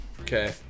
Okay